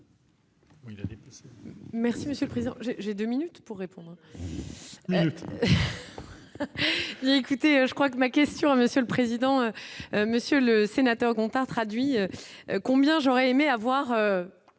Merci monsieur le président, j'ai 2 minutes pour répondre. Oui, écoutez, je crois que ma question à Monsieur le président, Monsieur le Sénateur Gontard traduit combien j'aurais aimé avoir